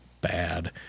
bad